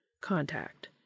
contact